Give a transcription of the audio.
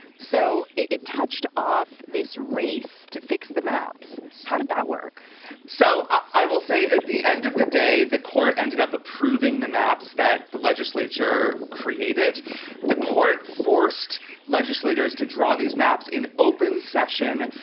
so it touched off this race to fix the maps. how did that work so i will say at the end of the day the court ended up approving the maps that the legislature created the court forced legislators to draw these maps in open session.